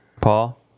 Paul